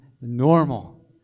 normal